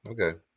Okay